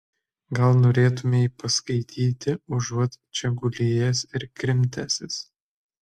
gal norėtumei paskaityti užuot čia gulėjęs ir krimtęsis